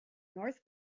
north